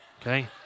okay